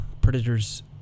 Predators